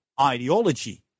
ideology